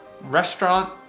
Restaurant